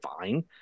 fine